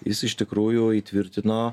jis iš tikrųjų įtvirtino